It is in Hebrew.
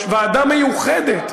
ועדה מיוחדת.